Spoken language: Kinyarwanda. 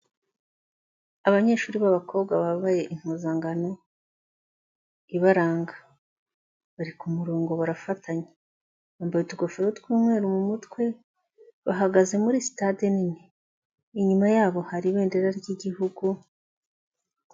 Abanyeshuri b'abakobwa bambaye impuzankano ibaranga, bari kumurongo barafatanye, bambaye utugofero tw'umweru mu mutwe, bahagaze muri sitade nini, inyuma yabo hari ibendera ry'igihugu.